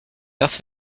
das